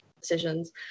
decisions